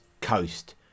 coast